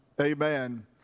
Amen